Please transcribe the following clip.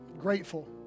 grateful